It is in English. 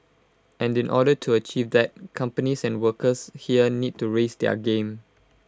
and in order to achieve that companies and workers here need to raise their game